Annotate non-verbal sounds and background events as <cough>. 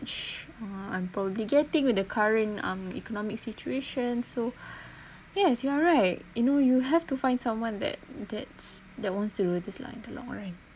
I'm probably getting with the current um economic situation so <breath> yes you are right you know you have to find someone that that's that wants to stay this line long right